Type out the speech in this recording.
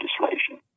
legislation